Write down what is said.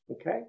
okay